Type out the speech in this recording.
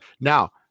Now